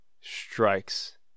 strikes